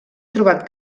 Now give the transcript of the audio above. trobat